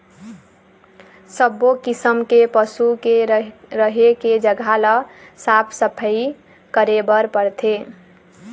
सब्बो किसम के पशु के रहें के जघा ल साफ सफई करे बर परथे